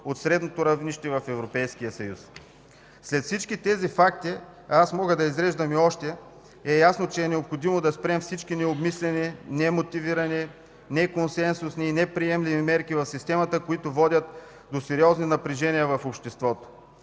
от средното равнище в Европейския съюз. След всички тези факти, а аз мога да изреждам и още, е ясно, че е необходимо да спрем всички необмислени, немотивирани, неконсенсусни и неприемливи мерки в системата, които водят до сериозни напрежения в обществото!